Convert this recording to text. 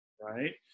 right